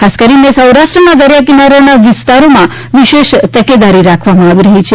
ખાસ કરીને સૌરાષ્ટ્રના દરિયા કિનારાના વિસ્તારોમાં વિશેષ તકેદારી રાખવામાં આવી રહી છે